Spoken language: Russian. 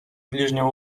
ближнего